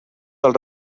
del